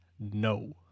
No